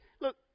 look